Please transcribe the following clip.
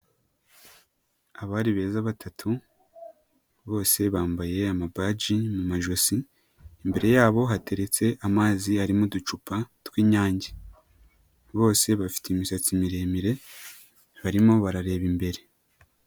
Abari beza batatu bose bambaye amabaji mu ijosi, imbere yabo hateretse amazi ari mu ducupa tw'Inyange, bose bafite imisatsi miremire barimo barareba imbere.